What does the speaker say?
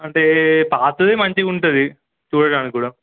అంటే పాతది మంచిగుంటుంది చూడడానికి కూడా